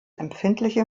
empfindliche